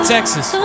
Texas